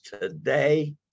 today